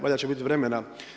Valjda će biti vremena.